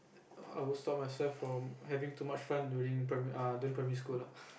I would stop myself from having too much fun during err during primary school